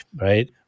right